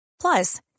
Plus